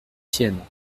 siennes